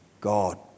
god